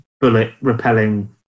bullet-repelling